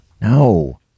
No